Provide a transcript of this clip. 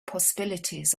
possibilities